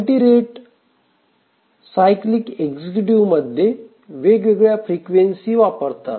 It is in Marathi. मल्टी रेट सायक्लीक एक्झिक्यूटिव्हमध्ये वेगवेगळ्या फ्रिक्वेन्सी वापरतात